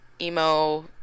emo